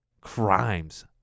crimes